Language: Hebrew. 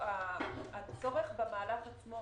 הצורך במהלך עצמו